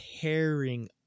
tearing